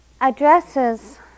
addresses